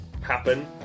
happen